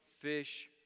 fish